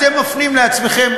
אתם מפנים לעצמכם,